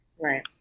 Right